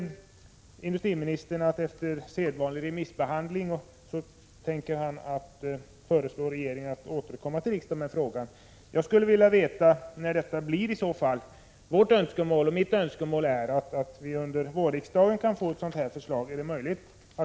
Industriministern säger att han efter sedvanlig remissbehandling tänker föreslå regeringen att återkomma till riksdagen i frågan. Jag skulle vilja veta när detta blir i så fall. Mitt önskemål är att vi under vårriksdagen skall få ett sådant förslag. Är det möjligt?